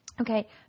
Okay